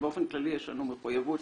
באופן כללי יש לנו מחויבות.